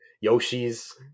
Yoshi's